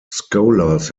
scholars